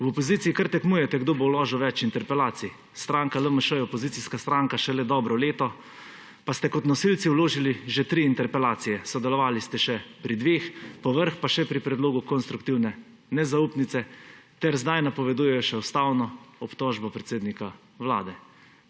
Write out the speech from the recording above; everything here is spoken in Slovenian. V opoziciji kar tekmujete, kdo bo vložil več interpelacij. Stranka LMŠ je opozicijska stranka šele dobro leto, pa ste kot nosilci vložili že tri interpelacije. Sodelovali ste še pri dveh, povrh pa še pri predlogu konstruktivne nezaupnice ter zdaj napovedujejo še ustavno obtožbo predsednika vlade.